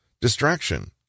Distraction